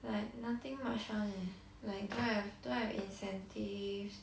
like nothing much one leh like don't have don't have incentives